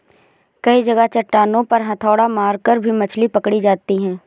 कई जगह चट्टानों पर हथौड़ा मारकर भी मछली पकड़ी जाती है